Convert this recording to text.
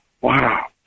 wow